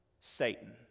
Satan